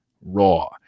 raw